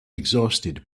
exhausted